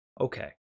okay